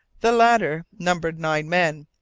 the latter numbered nine men,